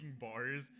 bars